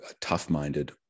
tough-minded